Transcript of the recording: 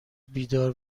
بیدار